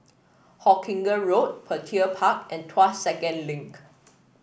Hawkinge Road Petir Park and Tuas Second Link